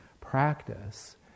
practice